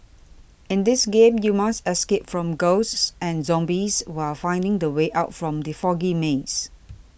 in this game you must escape from ghosts and zombies while finding the way out from the foggy maze